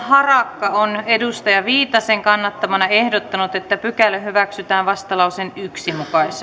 harakka on pia viitasen kannattamana ehdottanut että pykälä hyväksytään vastalauseen yhtenä